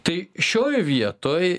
tai šioj vietoj